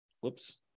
whoops